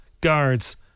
guards